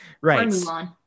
Right